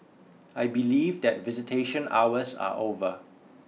I believe that visitation hours are over